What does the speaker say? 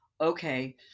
okay